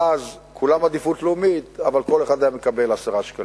ואז כולם עדיפות לאומית אבל כל אחד היה מקבל 10 שקלים.